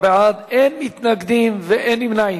12 בעד, אין מתנגדים ואין נמנעים.